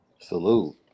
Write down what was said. Salute